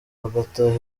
bagataha